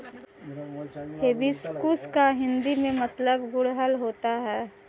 hibiscus का हिंदी में मतलब गुड़हल होता है